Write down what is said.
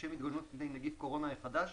לשם התגוננות מפני נגיף הקורונה החדש,